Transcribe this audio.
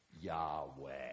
Yahweh